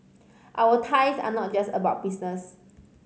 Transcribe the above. our ties are not just about business